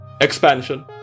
expansion